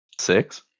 six